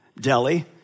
Delhi